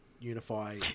Unify